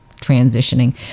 transitioning